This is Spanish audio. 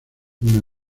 una